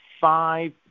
five